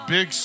Big